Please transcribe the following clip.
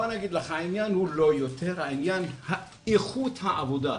העניין הוא לא יותר, העניין איכות העבודה.